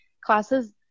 classes